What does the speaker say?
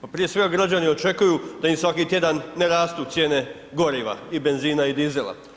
Pa prije svega, građani očekuju da im svaki tjedan ne rastu cijene goriva i benzina i dizela.